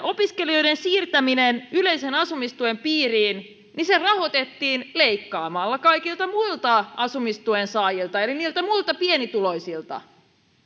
opiskelijoiden siirtäminen yleisen asumistuen piiriin rahoitettiin leikkaamalla kaikilta muilta asumistuen saajilta eli niiltä muilta pienituloisilta